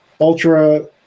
ultra